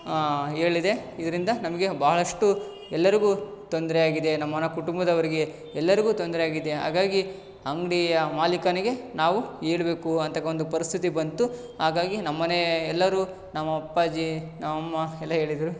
ಹೇಳಿದೆ ಇದರಿಂದ ನಮಗೆ ಬಹಳಷ್ಟು ಎಲ್ಲರಿಗೂ ತೊಂದರೆಯಾಗಿದೆ ನಮ್ಮನೆ ಕುಟುಂಬದವರಿಗೆ ಎಲ್ಲರಿಗೂ ತೊಂದರೆಯಾಗಿದೆ ಹಾಗಾಗಿ ಅಂಗಡಿಯ ಮಾಲಿಕನಿಗೆ ನಾವು ಹೇಳ್ಬೇಕು ಅಂಥ ಒಂದು ಪರಿಸ್ಥಿತಿ ಬಂತು ಹಾಗಾಗಿ ನಮ್ಮನೆ ಎಲ್ಲರೂ ನಮ್ಮಪ್ಪಾಜಿ ನಮ್ಮಮ್ಮ ಎಲ್ಲ ಹೇಳಿದರು